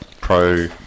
Pro